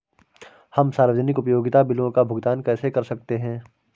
हम सार्वजनिक उपयोगिता बिलों का भुगतान कैसे कर सकते हैं?